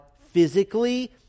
physically